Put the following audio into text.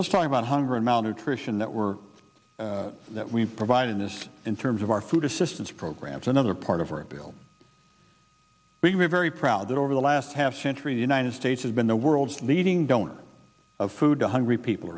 let's talk about hunger and malnutrition that we're that we provide in this in terms of our food assistance programs another part of our bill be very proud that over the last half century the united states has been the world's leading donor of food to hungry people